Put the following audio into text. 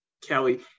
Kelly